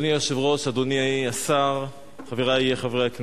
אדוני היושב-ראש, אדוני השר, חברי חברי הכנסת,